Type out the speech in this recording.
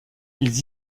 ils